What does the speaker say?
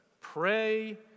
pray